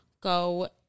go